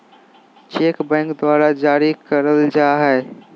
cheque bank द्वारा जारी करल जाय हय